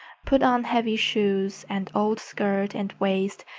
put on heavy shoes, and old skirt and waist,